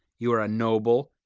you are a noble,